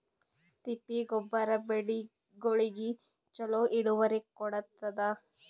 ತಿಪ್ಪಿ ಗೊಬ್ಬರ ಬೆಳಿಗೋಳಿಗಿ ಚಲೋ ಇಳುವರಿ ಕೊಡತಾದ?